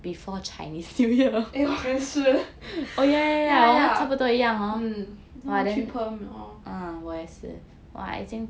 eh 我也是 yeah yeah 我去 perm lor